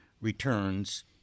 returns